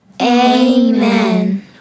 Amen